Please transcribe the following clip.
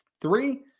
three